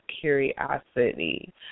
curiosity